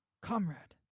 Comrade